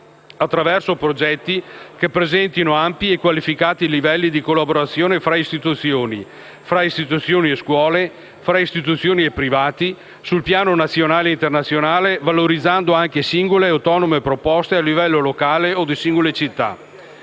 attraverso progetti che presentino ampi e qualificati livelli di collaborazione fra istituzioni, istituzioni e scuole ed istituzioni e privati, sul piano nazionale e internazionale, valorizzando anche singole e autonome proposte a livello locale o di singole città.